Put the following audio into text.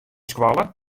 skoalle